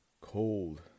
cold